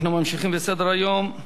אנחנו ממשיכים בסדר-היום.